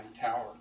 tower